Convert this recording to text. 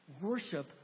worship